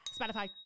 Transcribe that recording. Spotify